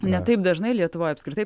ne taip dažnai lietuvoj apskritai